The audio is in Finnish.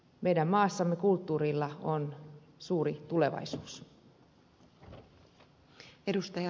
meidän maassamme kulttuurilla on suuri tulevaisuus